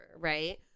Right